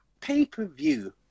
pay-per-view